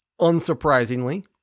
Unsurprisingly